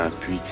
puis